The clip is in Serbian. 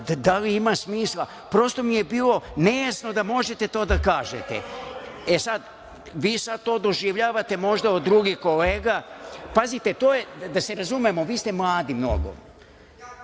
da li ima smisla, prosto mi je bilo nejasno da možete to da kažete. Vi sada to doživljavate možda od drugih kolega. Pazite, da se razumemo, vi ste mladi